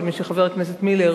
אבל משהניח אותה חבר הכנסת מילר,